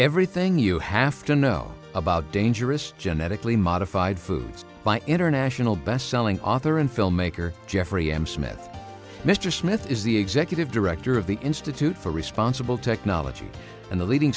everything you have to know about dangerous gen ethically modified foods by international best selling author and filmmaker jeffrey m smith mr smith is the executive director of the institute for responsible technology and the leading